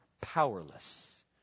Powerless